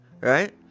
right